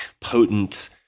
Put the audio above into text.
potent